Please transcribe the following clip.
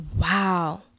wow